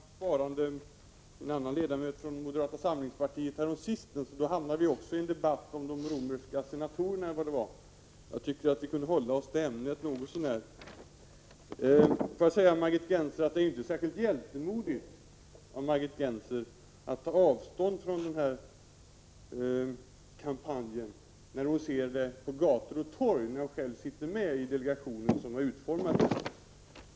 Herr talman! Också när jag häromsistens svarade på en liknande fråga om sparandet från en annan ledamot av moderata samlingspartiet hamnade vi i en debatt om de romerska senatorerna. Jag tycker att vi något så när borde hålla oss till ämnet. Det är inte särskilt hjältemodigt av Margit Gennser att ta avstånd från kampanjen då hon ser den på gator och torg, när hon själv sitter med i den delegation som har utformat den.